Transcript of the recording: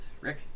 Rick